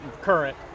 current